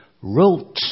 wrote